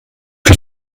que